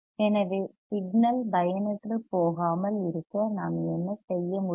எனவே சிக்னல் பயனற்றுப் போகாமல் இருக்க நாம் என்ன செய்ய முடியும்